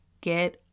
get